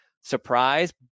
surprise